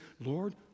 Lord